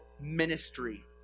ministry